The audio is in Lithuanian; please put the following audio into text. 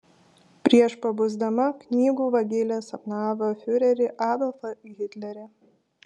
prieš pabusdama knygų vagilė sapnavo fiurerį adolfą hitlerį